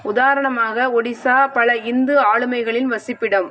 உதாரணமாக ஒடிசா பல இந்து ஆளுமைகளின் வசிப்பிடம்